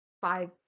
five